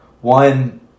One